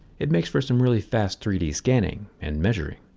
it makes for some really fast three d scanning and measuring.